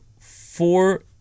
four